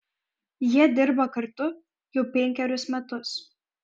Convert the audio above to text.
jie dirba kartu jau penkerius metus